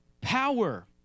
power